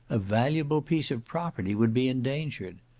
a valuable piece of property would be endangered.